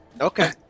okay